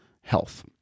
health